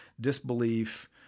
disbelief